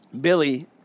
Billy